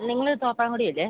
നിങ്ങൾ തോപ്രാംകുടിയല്ലേ